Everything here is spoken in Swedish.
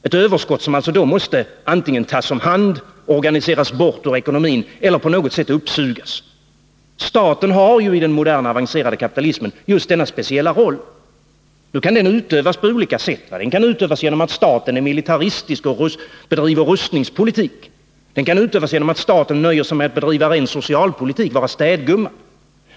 Detta överskott måste antingen tas om hand, organiseras bort ur ekonomin eller uppsugas på något sätt. Staten har i den moderna avancerade kapitalismen just denna speciella roll. Den rollen kan utövas på olika sätt. Den kan utövas genom att staten är militaristisk och bedriver rustningspolitik. Den kan också utövas genom att staten nöjer sig med att bedriva ren socialpolitik, vara städgumma.